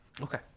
okay